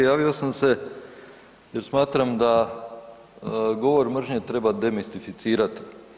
Javio sam se jer smatram da govor mržnje treba demistificirati.